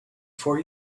for